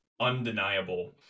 undeniable